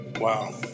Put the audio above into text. Wow